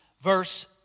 verse